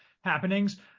happenings